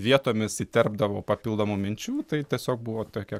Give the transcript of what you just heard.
vietomis įterpdavau papildomų minčių tai tiesiog buvo tokia